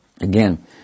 again